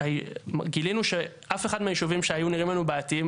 גילינו שאף אחד מהיישובים שהיו נראים לנו בעייתיים